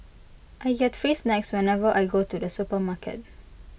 I get free snacks whenever I go to the supermarket